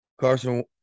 Carson